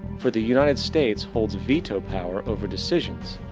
for the united states holds veto-power over decisions,